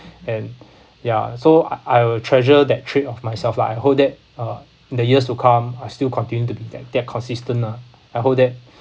and ya so I I will treasure that trait of myself lah I hope that uh in the years to come I still continue to be that that consistent lah I hope that